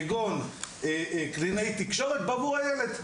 כגון קלינאי תקשורת בעבור הילד.